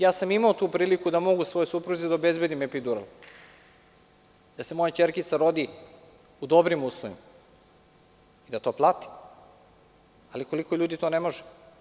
Ja sam imao tu priliku da mogu svojoj supruzi da obezbedim epidural, da se moja ćerkica rodi u dobrim uslovima, da to platim, ali koliko ljudi to ne može?